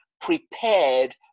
prepared